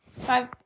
five